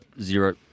Zero